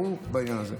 ברור בעניין הזה.